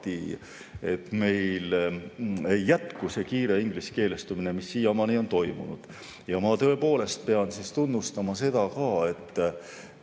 et meil ei jätkuks see kiire ingliskeelestumine, mis siiamaani on toimunud. Ma tõepoolest pean tunnustama seda,